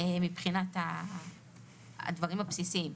מבחינת הדברים הבסיסיים.